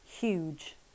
huge